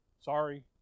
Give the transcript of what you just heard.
Sorry